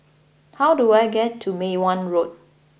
how do I get to Mei Hwan Road